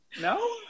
No